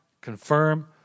Confirm